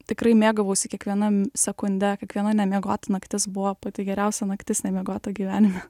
tikrai mėgavausi kiekviena sekunde kiekviena nemiegota naktis buvo pati geriausia naktis nemiegota gyvenime